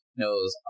knows